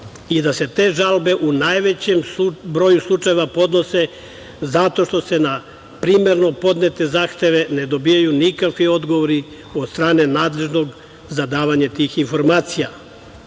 i da se te žalbe u najvećem broju slučajeva podnose zato što se na primerno podnete zahteve ne dobijaju nikakvi odgovori od strane nadležnog za davanje tih informacija,